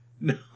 No